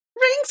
Rings